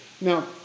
Now